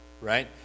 right